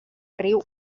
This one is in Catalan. riu